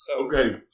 Okay